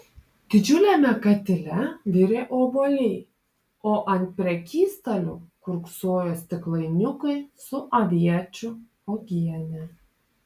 didžiuliame katile virė obuoliai o ant prekystalių kiurksojo stiklainiukai su aviečių uogiene